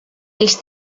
els